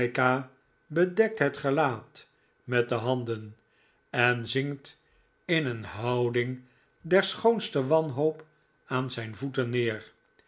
bedekt het gelaat met de handen en zinkt in een houding der schoonste wanhoop aan zijn voeten neer